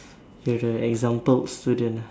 you're the exampled student ah